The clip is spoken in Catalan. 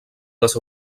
les